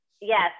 yes